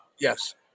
Yes